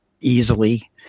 easily